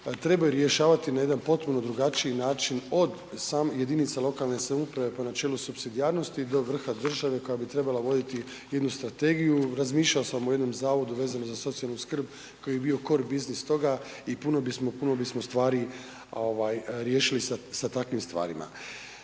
trebaju rješavati na jedan potpuno drugačiji način od jedinica lokalne samouprave po načelu supsidijarnosti do vrha države koja bi trebala voditi jednu strategiju, razmišljao sam o jednom zavodu vezano za socijalnu skrb koji je bio core business toga i puno bismo, puno bismo stvari ovaj riješili sa takvim stvarima.